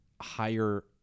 higher